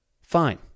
Fine